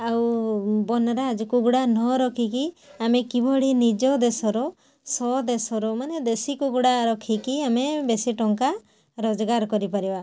ଆଉ ବନରାଜ କୁକୁଡ଼ା ନରଖିକି ଆମେ କିଭଳି ନିଜ ଦେଶର ସ୍ୱଦେଶର ମାନେ ଦେଶୀ କୁକୁଡ଼ା ରଖିକି ଆମେ ବେଶୀ ଟଙ୍କା ରୋଜଗାର କରିପାରିବା